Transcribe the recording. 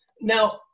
Now